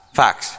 fox